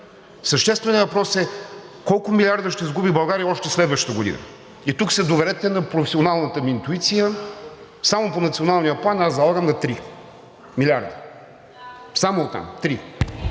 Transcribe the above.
същественият въпрос е колко милиарда ще загуби България още следващата година. И тук се доверете на професионалната ми интуиция – само по Националния план аз залагам на 3 милиарда, само от там – три.